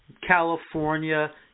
California